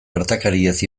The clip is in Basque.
gertakariez